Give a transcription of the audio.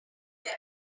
were